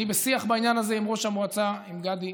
אני בשיח בעניין הזה עם ראש המועצה, עם גדי,